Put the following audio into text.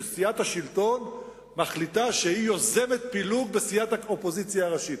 שסיעת השלטון מחליטה שהיא יוזמת פילוג בסיעת האופוזיציה הראשית.